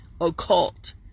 occult